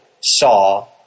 saw